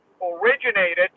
originated